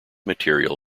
material